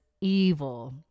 evil